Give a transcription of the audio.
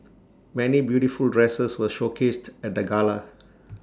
many beautiful dresses were showcased at the gala